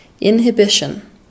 inhibition